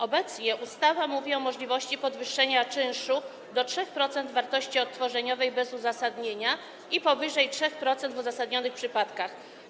Obecnie ustawa mówi o możliwości podwyższenia czynszu do 3% wartości odtworzeniowej bez uzasadnienia i powyżej 3% w uzasadnionych przypadkach.